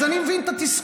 אז אני מבין את התסכול.